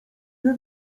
nie